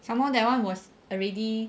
some more that one was already